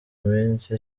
minsi